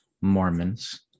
Mormons